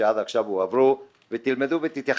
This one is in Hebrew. מתוך אותו לחץ, אותה דחיפות.